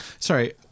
Sorry